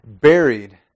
buried